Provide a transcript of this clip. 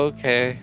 Okay